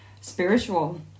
spiritual